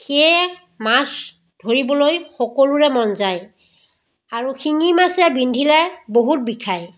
সেয়ে মাছ ধৰিবলৈ সকলোৰে মন যায় আৰু শিঙি মাছে বিন্ধিলে বহুত বিখাই